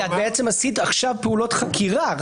כי את בעצם עשית עכשיו פעולות חקירה.